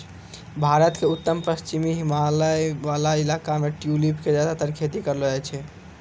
भारत के उत्तर पश्चिमी हिमालय वाला इलाका मॅ ट्यूलिप के ज्यादातर खेती करलो जाय छै